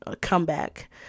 comeback